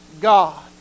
God